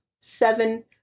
seven